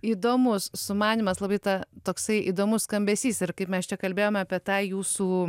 įdomus sumanymas labai ta toksai įdomus skambesys ir kaip mes čia kalbėjom apie tą jūsų